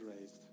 raised